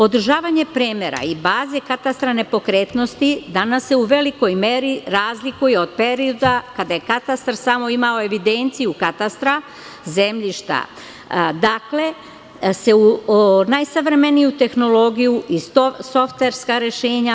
Održavanje premera i baze katastra nepokretnosti danas se u velikoj meri razlikuje od perioda kada je katastar samo imao evidenciju katastra zemljišta, dakle najsavremeniju tehnologiju i softverska rešenja.